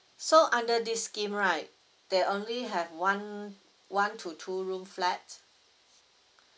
so under this scheme right they only have one one to two room flat